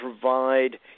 provide